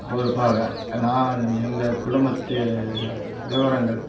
பொறுப்பாக நான் எங்கள் குடும்பத்து நிலவரங்கள்